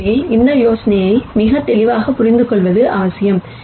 எனவே இந்த யோசனையை மிக தெளிவாக புரிந்து கொள்வது அவசியம்